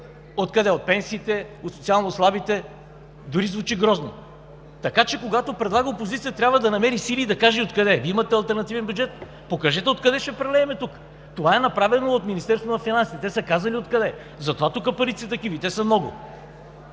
Откъде? От пенсиите, от социално слабите?! Дори звучи грозно. Опозицията, когато предлага, трябва да намери сили и да каже откъде. Вие имате алтернативен бюджет, покажете откъде ще прелеем тук. Това е направено от Министерството на финансите. Те са казали откъде. Затова тук парите са такива и те са много.